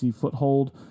foothold